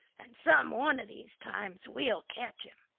and some one of these times we'll catch him.